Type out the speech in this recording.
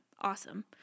awesome